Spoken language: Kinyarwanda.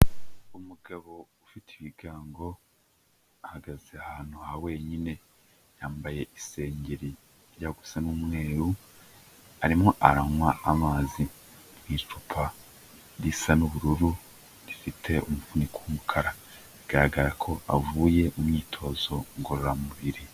Umugabo ufite ibigango ahagaze ahantu ha wenyine yambaye isengeri ijya gusa n'umweru, arimo aranywa amazi mu icupa risa n'ubururu rifite umufuniko w'umukara bigaragara ko avuye mu imyitozo ngororamubiri.